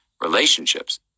relationships